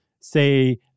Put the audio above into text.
say